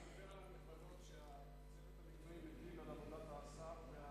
אתה מדבר על ההגבלות שהצוות המקצועי מטיל על עבודת השר?